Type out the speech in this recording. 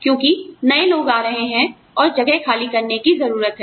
क्योंकि नए लोग आ रहे हैं और जगह खाली करने की जरूरत है